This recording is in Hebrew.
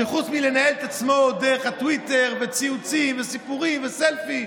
חוץ מלנהל את עצמו דרך הטוויטר וציוצים וסיפורים וסלפי,